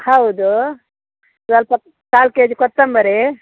ಹೌದು ಸ್ವಲ್ಪ ಕಾಲು ಕೆ ಜಿ ಕೊತ್ತಂಬರಿ